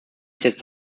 setzt